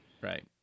Right